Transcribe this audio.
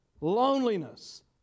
Loneliness